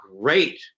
great